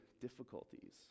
difficulties